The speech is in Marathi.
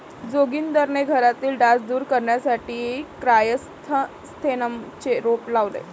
जोगिंदरने घरातील डास दूर करण्यासाठी क्रायसॅन्थेममचे रोप लावले